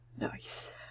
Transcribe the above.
Nice